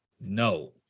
No